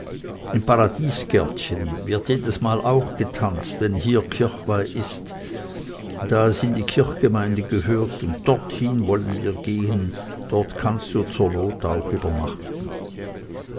im paradiesgärtchen wird jedesmal auch getanzt wenn hier kirchweih ist da es in die kirchgemeinde gehört und dorthin wollen wir gehen dort kannst du zur not auch übernachten